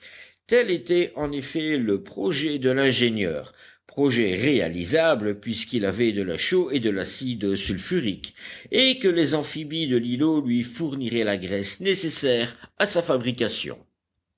puisqu'il avait de la chaux et de l'acide sulfurique et que les amphibies de l'îlot lui fourniraient la graisse nécessaire à sa fabrication